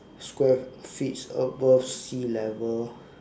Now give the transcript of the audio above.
square feet's above sea level